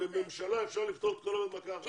בממשלה אפשר לפתור את כל הבעיות במכה אחת?